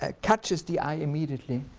ah catches the eye immediately.